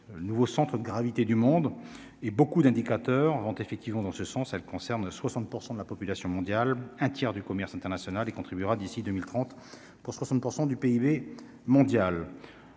le nouveau centre de gravité du monde et beaucoup d'indicateurs vont effectivement dans ce sens, elle concerne 60 % de la population mondiale, un tiers du commerce international et contribuera d'ici 2030 pour 60 % du PIB mondial,